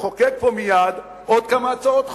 נחוקק פה מייד עוד כמה הצעות חוק.